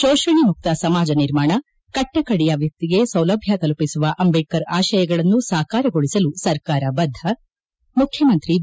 ಶೋಷಣೆ ಮುಕ್ತ ಸಮಾಜ ನಿರ್ಮಾಣ ಕಟ್ಟಕಡೆಯ ವ್ಯಕ್ತಿಗೆ ಸೌಲಭ್ಯ ತಲುಪಿಸುವ ಅಂಬೇಡ್ಕರ್ ಆಶಯಗಳನ್ನು ಸಾಕಾರಗೊಳಿಸಲು ಸರ್ಕಾರ ಬದ್ದ ಮುಖ್ಯಮಂತ್ರಿ ಬಿ